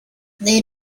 they